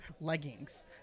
leggings